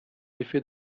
effets